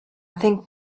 think